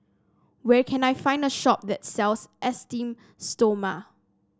where can I find a shop that sells Esteem Stoma